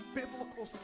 biblical